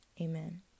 Amen